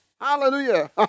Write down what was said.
Hallelujah